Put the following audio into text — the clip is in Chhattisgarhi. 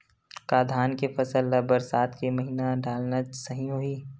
का धान के फसल ल बरसात के महिना डालना सही होही?